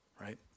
right